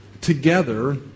together